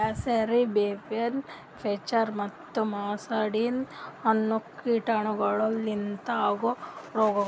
grasserie, pebrine, flacherie ಮತ್ತ muscardine ಅನೋ ಕೀಟಗೊಳ್ ಲಿಂತ ಆಗೋ ರೋಗಗೊಳ್